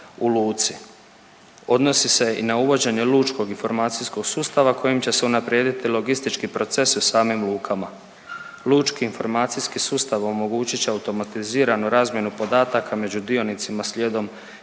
u luci. Odnosi se i na uvođenje lučkog informacijskog sustava kojim će se unaprijediti logistički proces u samim lukama. Lučki informacijski sustav omogućit će automatiziranu razmjenu podataka među dionicima slijedom